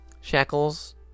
shackles